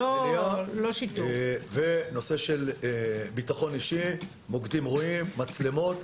וגם נושא של ביטחון אישי מוקדים, מצלמות